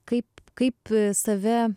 kaip kaip save